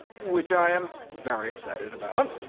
which i am very excited about,